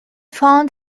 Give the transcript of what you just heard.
found